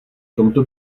tomto